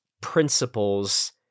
principles